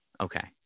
Okay